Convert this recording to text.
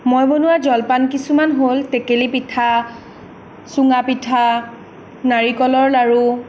মই বনোৱা জলপান কিছুমান হ'ল টেকেলি পিঠা চুঙা পিঠা নাৰিকলৰ লাড়ু